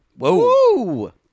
whoa